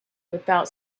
without